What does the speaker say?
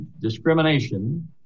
discrimination